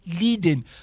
leading